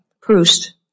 Proust